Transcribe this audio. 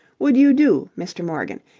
would you do, mr. morgan,